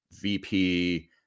VP